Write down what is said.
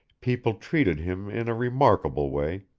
people treated him in a remarkable way,